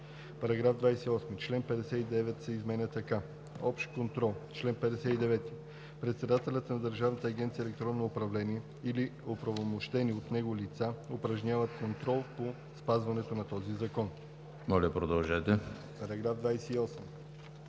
§ 28: „§ 28. Член 59 се изменя така: „Общ контрол Чл. 59. Председателят на Държавна агенция „Електронно управление“ или оправомощени от него лица упражняват контрол по спазването на този закон.“ По § 28